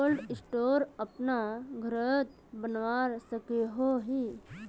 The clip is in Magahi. कोल्ड स्टोर अपना घोरोत बनवा सकोहो ही?